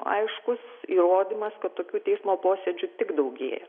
aiškus įrodymas kad tokių teismo posėdžių tik daugja